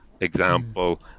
example